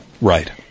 Right